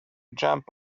jump